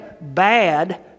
bad